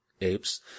apes